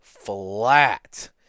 flat